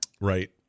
Right